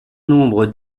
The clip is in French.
nombre